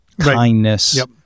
kindness